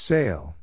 Sale